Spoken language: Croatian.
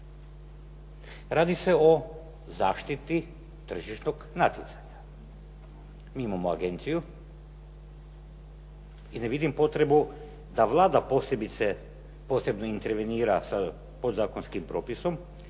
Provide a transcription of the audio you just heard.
Radi se o zaštiti tržišnog natjecanja. Mi imamo agenciju i ne vidim potrebu da Vlada posebno intervenira sa podzakonskim propisima